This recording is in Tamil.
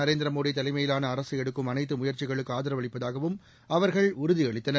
நரேந்திர மோடி தலைமையிலான அரசு எடுக்கும் அனைத்து முயற்சிகளுக்கு ஆதரவளிப்பதாகவும் அவர்கள் உறுதி அளித்தனர்